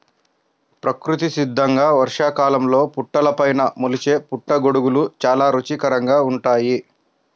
ప్రకృతి సిద్ధంగా వర్షాకాలంలో పుట్టలపైన మొలిచే పుట్టగొడుగులు చాలా రుచికరంగా ఉంటాయి